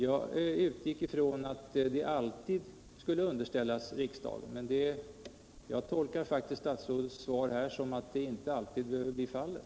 Jag utgick ifrån att de alltid skulle underställas riksdagen, men jag tolkar faktiskt statsrådets svar här som att det inte alltid behöver bli fallet.